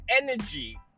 energy